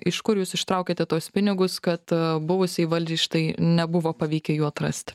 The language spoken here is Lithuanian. iš kur jūs ištraukėte tuos pinigus kad buvusiai valdžiai štai nebuvo pavykę jų atrast